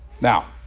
now